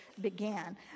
began